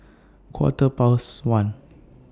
Quarter Past one